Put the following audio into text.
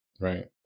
Right